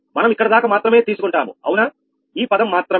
మనం ఇక్కడ దాక మాత్రమే తీసుకుంటాము అవునా ఈ పదం మాత్రమే